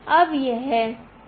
अब यह 08 है